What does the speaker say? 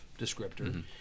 descriptor